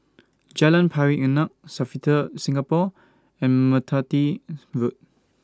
Jalan Pari Unak Sofitel Singapore and Merpati Road